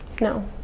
No